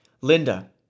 Linda